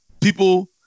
people